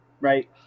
right